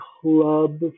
club